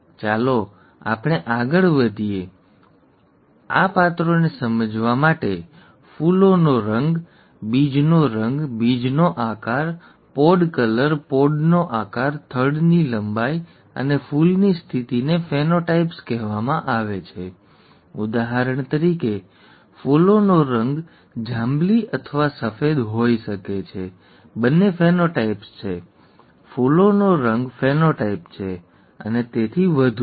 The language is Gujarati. ચાલો આપણે આગળ વધીએ આ અને આ પાત્રોને સમજાવવા માટે ફૂલોનો રંગ બીજનો રંગ બીજનો આકાર પોડ કલર પોડનો આકાર થડની લંબાઈ અને ફૂલની સ્થિતિને ફેનોટાઈપ્સ કહેવામાં આવે છે ઉદાહરણ તરીકે ફૂલોનો રંગ જાંબલી અથવા સફેદ હોઈ શકે છે બંને ફેનોટાઇપ્સ છે ફૂલોનો રંગ ફેનોટાઇપ છે અને તેથી વધુ છે